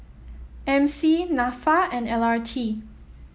M C NAFA and L R T